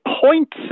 point